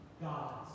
God's